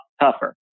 tougher